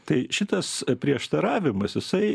tai šitas prieštaravimas jisai